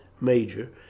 major